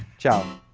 ciao